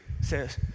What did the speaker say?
says